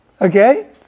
Okay